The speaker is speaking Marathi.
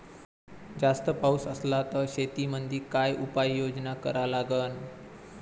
जास्त पाऊस असला त शेतीमंदी काय उपाययोजना करा लागन?